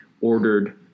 ordered